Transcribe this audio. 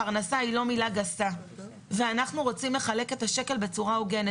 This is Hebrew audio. פרנסה היא לא מילה גסה ואנחנו רוצים לחלק את השקל בצורה הוגנת.